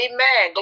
Amen